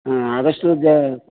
ಹಾಂ ಆದಷ್ಟು ಜ